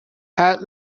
had